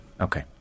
Okay